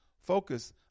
focus